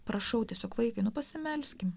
prašau tiesiog vaikai nu pasimelskim